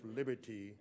liberty